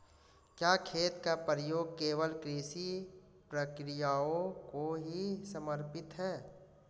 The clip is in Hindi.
क्या खेत का प्रयोग केवल कृषि प्रक्रियाओं को ही समर्पित है?